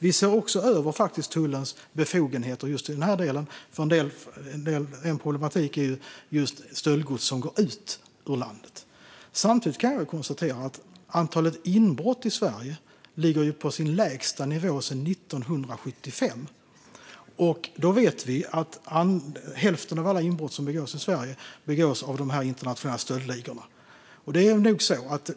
Vi ser också över tullens befogenheter i denna del, då en problematik är just stöldgods som förs ut ur landet. Samtidigt kan jag konstatera att antalet inbrott i Sverige ligger på sin lägsta nivå sedan 1975. Vi vet att hälften av alla inbrott som begås i Sverige begås av internationella stöldligor.